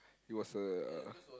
it was a uh